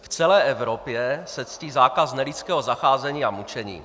V celé Evropě se ctí zákaz nelidského zacházení a mučení.